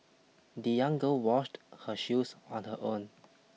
the young girl washed her shoes on her own